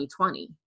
2020